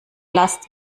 last